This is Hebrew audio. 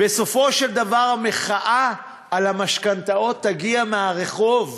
בסופו של דבר המחאה על המשכנתאות תגיע מהרחוב,